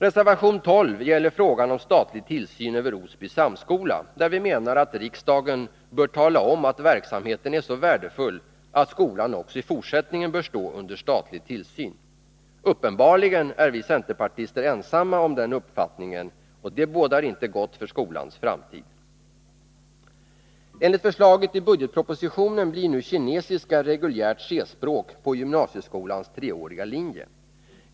Reservation 12 gäller frågan om statlig tillsyn över Osby samskola, där vi menar att riksdagen bör tala om att verksamheten är så värdefull att skolan också i fortsättningen bör stå under statlig tillsyn. Uppenbarligen är vi centerpartister ensamma om den uppfattningen, och det bådar inte gott för skolans framtid. Enligt förslaget i budgetpropositionen blir nu kinesiska reguljärt C-språk på gymnasieskolans treåriga linje.